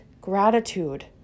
gratitude